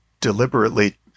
deliberately